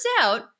out